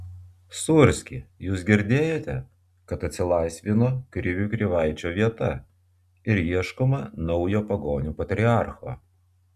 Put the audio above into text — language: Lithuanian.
sūrski jūs girdėjote kad atsilaisvino krivių krivaičio vieta ir ieškoma naujo pagonių patriarcho